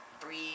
three